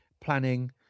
planning